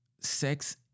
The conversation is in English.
Sex